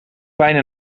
pijn